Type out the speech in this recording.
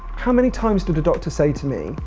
how many times did the doctor say to me,